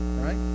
right